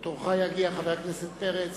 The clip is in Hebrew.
תורך יגיע, חבר הכנסת פרץ.